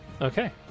Okay